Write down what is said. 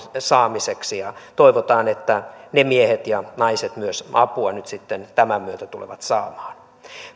saamiseksi ja toivotaan että ne miehet ja naiset nyt tämän myötä myös tulevat saamaan apua